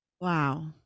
Wow